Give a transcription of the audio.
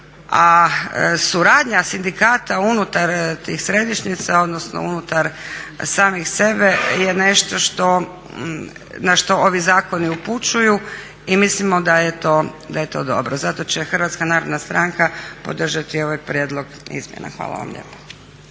A suradnja sindikata unutar tih središnjica, odnosno unutar samih sebe je nešto što, na što ovi zakoni upućuju i mislimo da je to dobro. Zato će Hrvatska narodna stranka podržati ovaj prijedlog izmjena. Hvala vam lijepa.